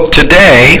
today